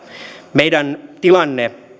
meidän tilanteemme